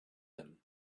them